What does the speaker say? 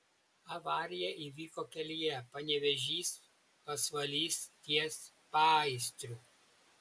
avarija įvyko kelyje panevėžys pasvalys ties paįstriu